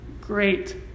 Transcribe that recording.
great